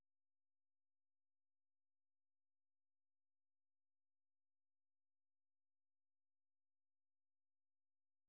जेन मनसे मन करा ऐती तेती ले काहेच के पइसा सकलाय रहिथे तेन पइसा ह एक नंबर के नइ राहय सब दू नंबर के पइसा रहिथे